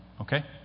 okay